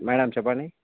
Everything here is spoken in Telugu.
మేడం చెప్పండి